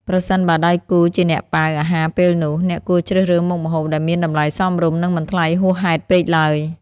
ប្រសិនបើដៃគូជាអ្នកប៉ាវអាហារពេលនោះ អ្នកគួរជ្រើសរើសមុខម្ហូបដែលមានតម្លៃសមរម្យ និងមិនថ្លៃហួសហេតុពេកឡើយ។